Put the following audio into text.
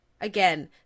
again